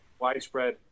widespread